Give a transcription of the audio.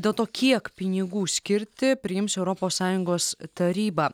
dėl to kiek pinigų skirti priims europos sąjungos taryba